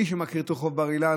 מי שמכיר את רחוב בר-אילן,